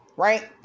Right